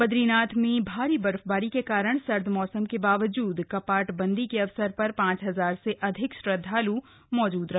बदरीनाथ में भारी बर्फबारी के कारण सर्द मौसम के बावजूद कपाट बंदी के अवसर पर पांच हजार से अधिक श्रद्वाल् मौजूद रहे